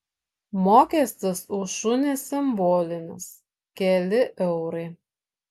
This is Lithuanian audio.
mokestis už šunį simbolinis keli eurai